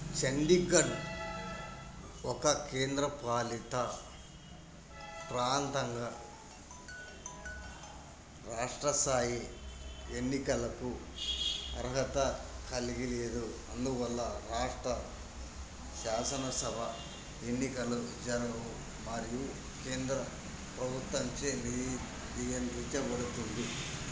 చండీగఢ్ ఒక కేంద్రపాలిత ప్రాంతంగా రాష్ట్రస్థాయి ఎన్నికలకు అర్హత కలిగిలేదు అందువల్ల రాష్ట్ర శాసనసభ ఎన్నికలు జరగవు మరియు కేంద్ర ప్రభుత్వంచే నియంత్రించబడుతుంది